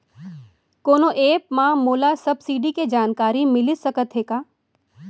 कोनो एप मा मोला सब्सिडी के जानकारी मिलिस सकत हे का?